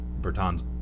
Bertans